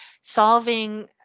solving